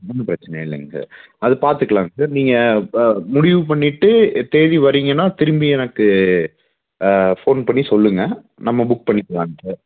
ஒன்றும் பிரச்சனை இல்லைங்க சார் அது பாத்துக்கலாங்க சார் நீங்கள் முடிவு பண்ணிவிட்டு தேதி வரீங்கன்னா திரும்பி எனக்கு ஃபோன் பண்ணி சொல்லுங்கள் நம்ம புக் பண்ணிக்கலாங்க சார்